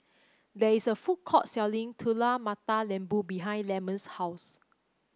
there is a food court selling Telur Mata Lembu behind Lemon's house